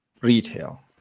retail